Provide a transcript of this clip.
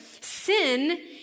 sin